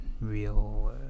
Real